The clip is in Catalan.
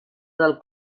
del